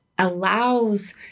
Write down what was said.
allows